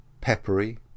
peppery